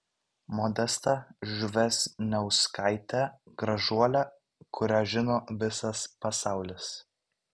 modesta vžesniauskaitė gražuolė kurią žino visas pasaulis